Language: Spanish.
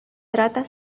trata